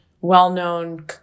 well-known